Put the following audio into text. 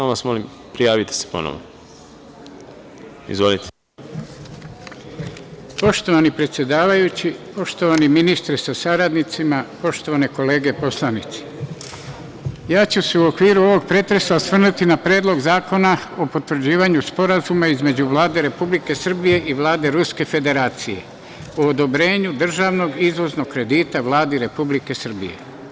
Poštovani predsedavajući, poštovani ministre sa saradnicima, poštovane kolege poslanici, ja ću se u okviru ovog pretresa osvrnuti na Predlog zakona o potvrđivanju Sporazuma između Vlade Republike Srbije i Vlade Ruske Federacije o odobrenju državnog izvoznog kredita Vladi Republike Srbije.